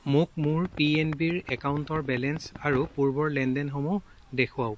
মোক মোৰ P N বিৰ একাউণ্টৰ বেলেঞ্চ আৰু পূৰ্বৰ লেনদেনসমূহ দেখুৱাওক